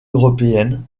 européenne